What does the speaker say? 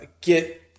get